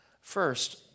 First